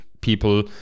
people